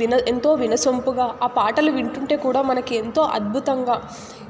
విన ఎంతో వినసొంపుగా ఆ పాటలు వింటుంటే కూడా మనకి ఎంతో అద్భుతంగా